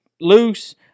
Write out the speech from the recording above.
loose